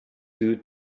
due